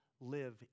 live